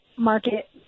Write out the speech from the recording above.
Market